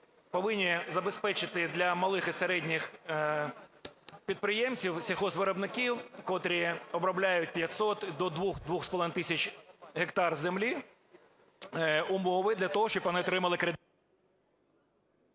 повинні забезпечити для малих і середніх підприємців і сільгоспвиробників, котрі обробляють 500, до 2-2,5 тисяч гектарів землі, умови для того, щоб вони отримали…